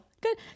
good